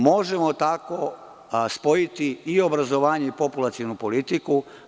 Možemo tako spojiti i obrazovanje i populacionu politiku.